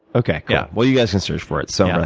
okay. yeah well, you guys can search for it. so and